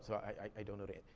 so i don't know the